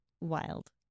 wild